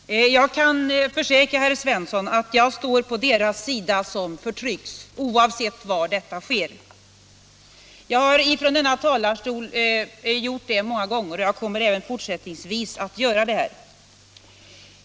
Herr talman! Jag kan försäkra herr Svensson i Malmö att jag står på deras sida som förtrycks oavsett var förtrycket sker. Jag har ifrån denna talarstol deklarerat det många gånger och jag kommer även fortsättningsvis att göra det.